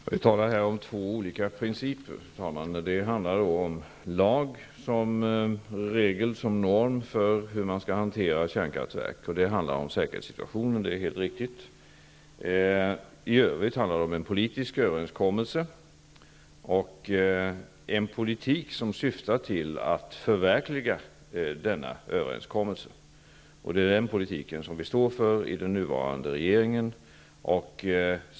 Fru talman! Vi talar här om två olika principer. Det handlar om en lag som regel och som norm för hur kärnkraftsverk skall hanteras, och det handlar helt riktigt om säkerheten. I övrigt är det fråga om en politisk överenskommelse och en politik som syftar till att förverkliga denna överenskommelse. Den politiken står vi för i den nuvarande regeringen.